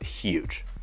huge